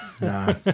No